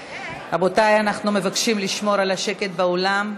רבותיי, אנחנו מבקשים לשמור על השקט באולם.